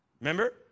Remember